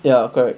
ya correct